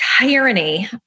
tyranny